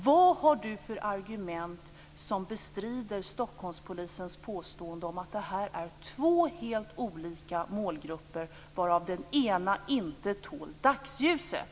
Vad har du för argument som bestrider Stockholmspolisens påstående om att det här är två helt olika målgrupper varav den ena inte tål dagsljuset?